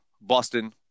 Boston